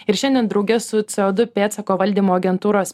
ir šiandien drauge su co du pėdsako valdymo agentūros